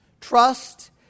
Trust